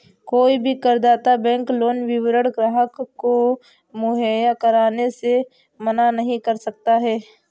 कोई भी करदाता बैंक लोन विवरण ग्राहक को मुहैया कराने से मना नहीं कर सकता है